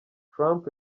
trump